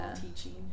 teaching